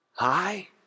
Hi